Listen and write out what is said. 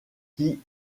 qui